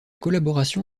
collaboration